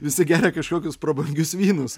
visi geria kažkokius prabangius vynus